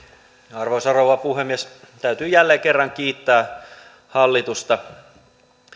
arvoisa rouva puhemies täytyy jälleen kerran kiittää hallitusta